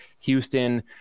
Houston